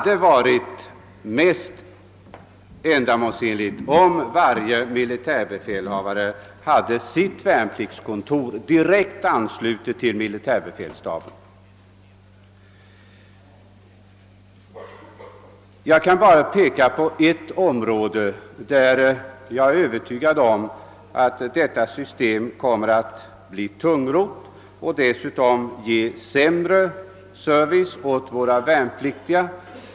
Det vore mera lämpligt om varje militärbefälhavare hade sitt värnpliktskontor direkt anslutet till militärbefälsstaben. Jag vill peka på ett annat avsnitt, där jag är övertygad om att det föreslagna systemet kommer att bli tungrott och leda till sämre service åt våra värnpliktiga.